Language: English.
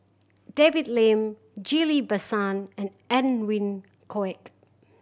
David Lim Ghillie Basan and Edwin Koek